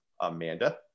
Amanda